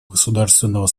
государственного